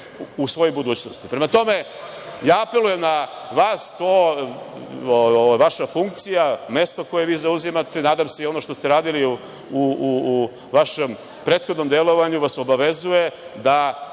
u svojoj budućnosti. Prema tome, ja apelujem na vas, to vaša funkcija, mesto koje vi zauzimate, nadam se i ono što ste radili u vašem prethodnom delovanju vas obavezuje da